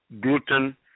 gluten